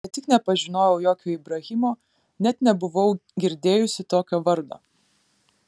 ne tik nepažinojau jokio ibrahimo net nebuvau girdėjusi tokio vardo